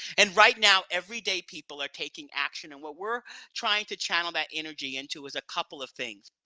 and right now, every day, people are taking action, and what we're trying to channel that energy into is a couple of things.